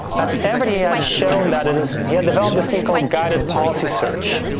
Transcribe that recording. at stanford, he had shown that it is, he had developed this thing called guided policy search.